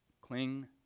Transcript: Cling